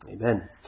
Amen